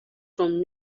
from